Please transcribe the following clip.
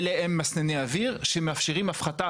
סולקנים הם מסנני אוויר שמאפשרים הפחתה